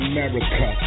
America